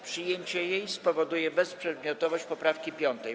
Przyjęcie jej spowoduje bezprzedmiotowość poprawki 5.